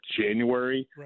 January